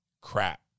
crap